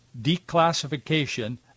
declassification